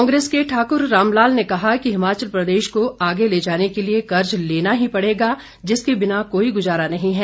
कांग्रेस के ठाकुर रामलाल ने कहा कि हिमाचल प्रदेश को आगे ले जाने के लिए कर्ज लेना ही पड़ेगा जिसके बिना कोई गुजारा नही है